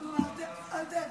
--- אל דאגה.